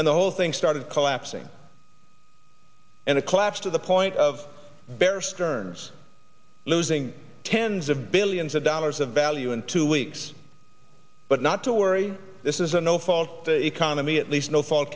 and the whole thing started collapsing and it collapsed to the point of bear stearns losing tens of billions of dollars of value in two weeks but not to worry this is a no fault the economy at least no fa